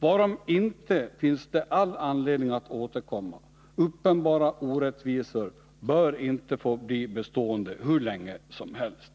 Varom inte finns det all anledning att återkomma. Uppenbara orättvisor bör inte få bli bestående hur länge som helst.